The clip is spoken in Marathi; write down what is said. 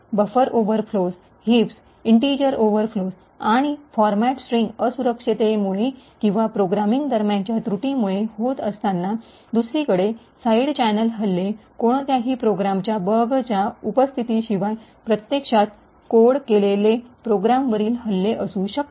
buffer overflows heaps integer overflows आणि फॉरमॅट स्ट्रिंग्स असुरक्षिततेमुळे किंवा प्रोग्रामिंग दरम्यानच्या त्रुटींमुळे होत असताना दुसरीकडे साइड चॅनेल हल्ले कोणत्याही प्रोग्रामच्या बगच्या उपस्थितीशिवाय प्रत्यक्षात कोड केलेले प्रोग्रामवरील हल्ले असू शकतात